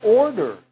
order